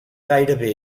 gairebé